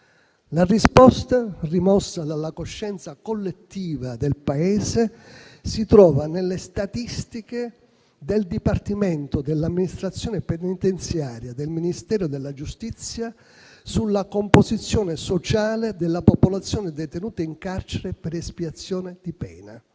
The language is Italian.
la risposta, rimossa dalla coscienza collettiva del Paese, si trova nelle statistiche del Dipartimento dell'amministrazione penitenziaria del Ministero della giustizia sulla composizione sociale della popolazione detenuta in carcere per espiazione di pena.